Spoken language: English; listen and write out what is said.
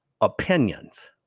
opinions